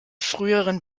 früheren